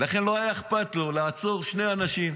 לכן לא היה אכפת לו לעצור שני אנשים.